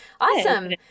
Awesome